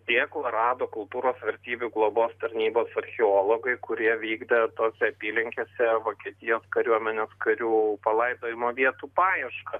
dėklą rado kultūros vertybių globos tarnybos archeologai kurie vykdė tose apylinkėse vokietijos kariuomenės karių palaidojimo vietų paiešką